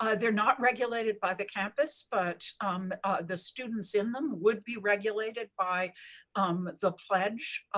ah they're not regulated by the campus, but um the students in them would be regulated by um the pledge